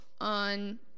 on